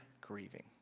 grieving